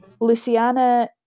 Luciana